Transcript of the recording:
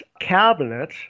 Cabinet